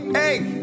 hey